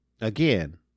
Again